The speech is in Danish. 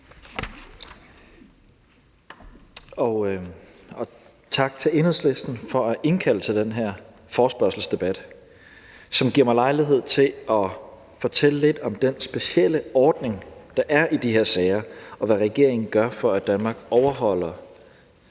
tak til Enhedslisten for at indkalde til den her forespørgselsdebat, som giver mig lejlighed til at fortælle lidt om den specielle ordning, der er i de her sager, og om, hvad regeringen gør, for at Danmark overholder